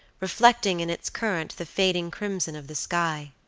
reflecting in its current the fading crimson of the sky.